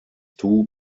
two